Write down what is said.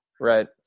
Right